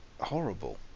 horrible